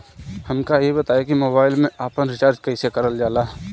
हमका ई बताई कि मोबाईल में आपन रिचार्ज कईसे करल जाला?